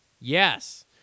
yes